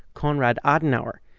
konrad adenauer.